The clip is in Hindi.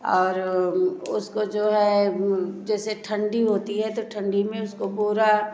और उसको जो है जैसे ठंडी होती है तो ठंडी में उसको बोरी